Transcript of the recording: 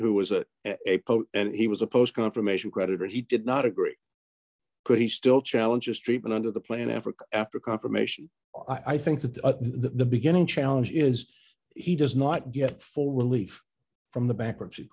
t was a quote and it was a post confirmation creditors he did not agree could he still challenges treatment under the plan africa after confirmation i think that the beginning challenge is he does not get full relief from the bankruptcy